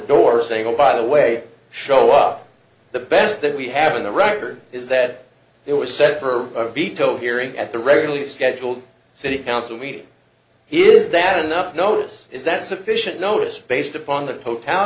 door saying oh by the way show up the best that we have in the record is that it was set for a veto hearing at the regularly scheduled city council meeting is that enough notice is that sufficient notice based upon the